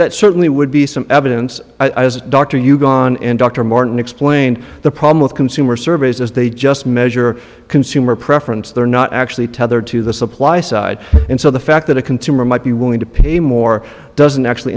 that certainly would be some evidence i as a doctor you've gone and dr martin explained the problem with consumer surveys as they just measure consumer preference they're not actually tethered to the supply side and so the fact that a consumer might be willing to pay more doesn't actually